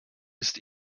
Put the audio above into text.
ist